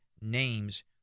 names